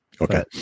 Okay